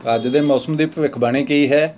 ਅੱਜ ਦੇ ਮੌਸਮ ਦੀ ਭਵਿੱਖਬਾਣੀ ਕੀ ਹੈ